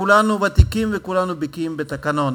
כולנו ותיקים וכולנו בקיאים בתקנון.